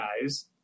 guys